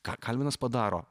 ką kalvinas padaro